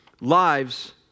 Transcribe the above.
lives